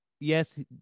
Yes